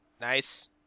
Nice